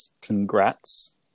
congrats